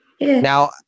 Now